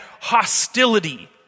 hostility